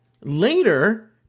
later